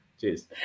Cheers